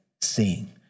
seeing